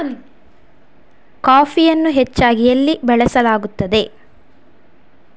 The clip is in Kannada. ಕಾಫಿಯನ್ನು ಹೆಚ್ಚಾಗಿ ಎಲ್ಲಿ ಬೆಳಸಲಾಗುತ್ತದೆ?